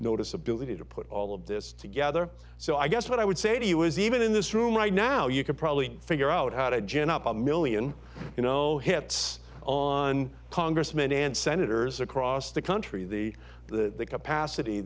notice ability to put all of this together so i guess what i would say to you is even in this room right now you could probably figure out how to gin up a million you know hits on congressmen and senators across the country the the capacity